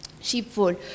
sheepfold